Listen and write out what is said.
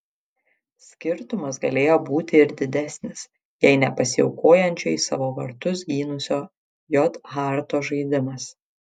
skirtumas galėjo būti ir didesnis jei ne pasiaukojančiai savo vartus gynusio j harto žaidimas